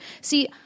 See